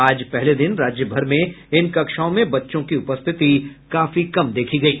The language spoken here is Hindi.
आज पहले दिन राज्यभर में इन कक्षाओं में बच्चों की उपस्थिति काफी कम देखी गयी